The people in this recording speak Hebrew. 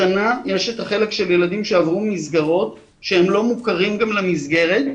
השנה יש את החלק של ילדים שעברו מסגרות שהם לא מוכרים גם למסגרת,